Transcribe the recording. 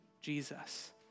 Jesus